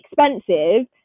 expensive